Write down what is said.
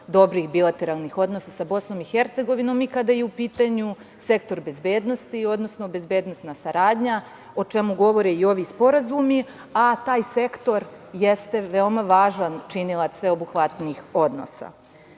dobrih bilateralnih odnosa sa BiH i kada je u pitanju sektor bezbednosti, odnosno bezbednosna saradnja, o čemu govore i ovi sporazumi, a taj sektor jeste veoma važan činilac sveobuhvatnijih odnosa. Ne